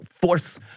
force